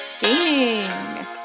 Gaming